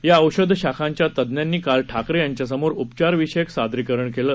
या औषध शाखांच्या तज्ञांनी काल ठाकरे यांच्यासमोर उपचारविषयक सादरीकरण केलं